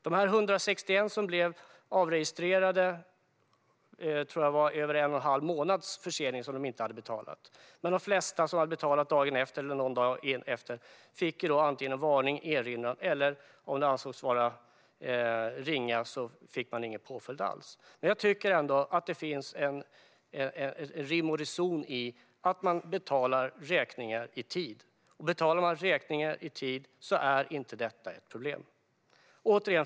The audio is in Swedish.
De 161 som blev avregistrerade var över en och en halv månad försenade med betalningen. Däremot fick de flesta som var sena med någon dag antingen en varning, en erinran eller om förseningen ansågs ringa ingen påföljd alls. Jag tycker att det finns rim och reson i att man betalar räkningar i tid. Om man betalar räkningar i tid är det inte ett problem. Fru talman!